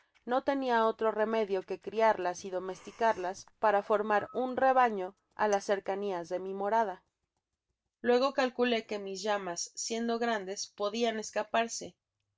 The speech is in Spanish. no tenia otro medio que criarlas y domesticarlas para formar un rebaño á las cercanias de mi morada luego calculé que mis llamas siendo grandes podian escaparse y